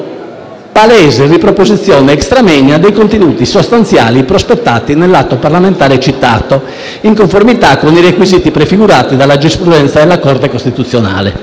palese riproposizione *extra moenia* dei contenuti sostanziali prospettati nell'atto parlamentare citato, in conformità con i requisiti prefigurati dalla giurisprudenza della Corte costituzionale.